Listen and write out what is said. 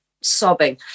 sobbing